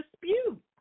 dispute